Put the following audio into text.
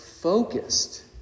focused